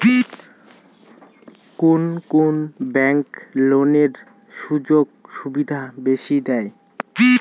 কুন কুন ব্যাংক লোনের সুযোগ সুবিধা বেশি দেয়?